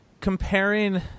comparing